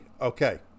okay